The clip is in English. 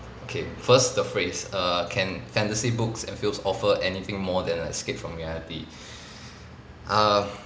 okay first the phrase err can fantasy books and films offer anything more than an escape from reality um